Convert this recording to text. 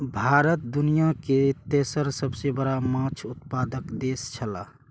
भारत दुनिया के तेसर सबसे बड़ा माछ उत्पादक देश छला